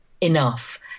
enough